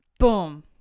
Boom